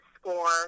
score